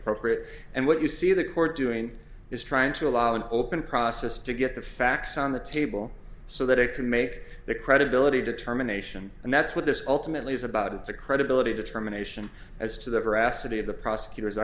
appropriate and what you see the court doing is trying to allow an open process to get the facts on the table so that it can make the credibility determination and that's what this ultimately is about it's a credibility determination as to the veracity of the prosecutor